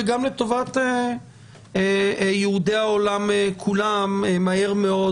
וגם לטובת יהודי העולם כולם מהר מאוד